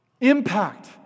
impact